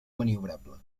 maniobrable